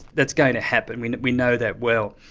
that's going to happen, we know we know that well.